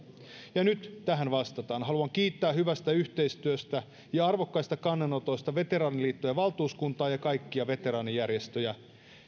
ja nyt tähän vastataan haluan kiittää hyvästä yhteistyöstä ja arvokkaista kannanotoista veteraaniliittojen valtuuskuntaa ja kaikkia veteraanijärjestöjä